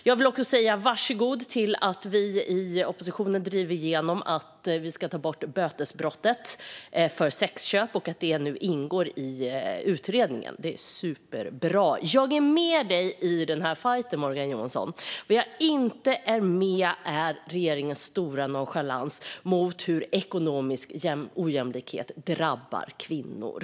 Jag vill också säga varsågod för att vi i oppositionen drev igenom att vi ska ta bort bötesbrottet för sexköp och att det nu ingår i utredningen. Det är superbra. Jag är med dig i den här fajten, Morgan Johansson. Det jag inte är med dig på är regeringens stora nonchalans mot hur ekonomisk ojämlikhet drabbar kvinnor.